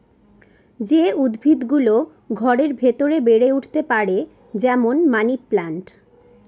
যে উদ্ভিদ গুলো ঘরের ভেতরে বেড়ে উঠতে পারে, যেমন মানি প্লান্ট